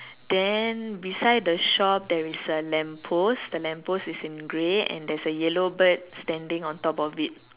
then beside the shop there is a lamp post the lamp post is in grey and there's a yellow bird standing on top of it